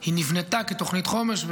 היא נבנתה כתוכנית חומש,